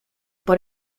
por